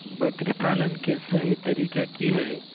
बकरी पालन के सही तरीका की हय?